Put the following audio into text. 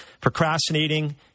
procrastinating